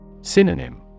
Synonym